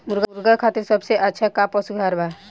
मुर्गा खातिर सबसे अच्छा का पशु आहार बा?